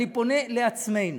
אני פונה לעצמנו.